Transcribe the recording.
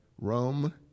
Rome